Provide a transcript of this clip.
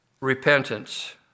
repentance